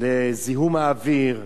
ועל זיהום האוויר,